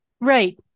right